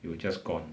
it will just gone